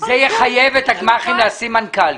זה יחייב את הגמ"חים למנות מנכ"לים.